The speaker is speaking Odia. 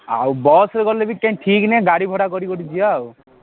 ଆଉ ବସ୍ରେ ଗଲେ ବି କାଇଁ ଠିକ୍ ନାହିଁ ଗାଡ଼ି ଭଡ଼ା କରିକି ଗୋଟେ ଯିବା ଆଉ